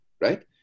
right